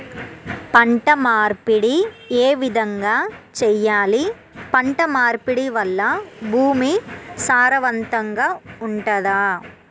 పంట మార్పిడి ఏ విధంగా చెయ్యాలి? పంట మార్పిడి వల్ల భూమి సారవంతంగా ఉంటదా?